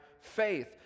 faith